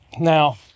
Now